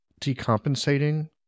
decompensating